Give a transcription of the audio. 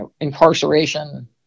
incarceration